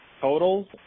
totals